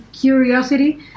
curiosity